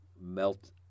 melt